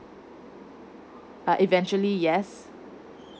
but eventually yes